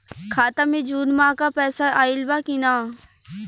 खाता मे जून माह क पैसा आईल बा की ना?